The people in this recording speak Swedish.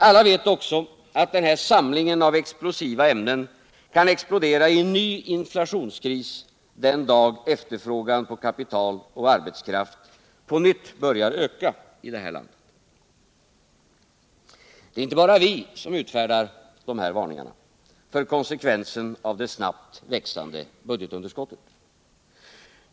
Alla vet också att denna samling av explosiva ämnen kan explodera i en ny inflationskris den dag efterfrågan på kapital och arbetskraft på nytt börjar öka i det här landet. Det är inte bara vi som utfärdar den här varningen för konsekvenserna av det snabbt växande budgetunderskottet.